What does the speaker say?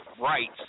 rights